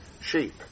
sheep